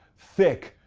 thick,